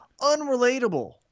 unrelatable